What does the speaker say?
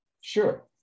Sure